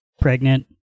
pregnant